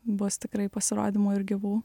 bus tikrai pasirodymų ir gyvų